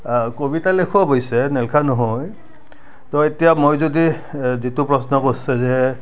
আ কবিতা লিখোঁ অৱশ্যে নিলিখা নহয় তো এতিয়া মই যদি যিটো প্ৰশ্ন কৰিছে যে